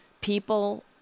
People